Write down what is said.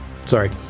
Sorry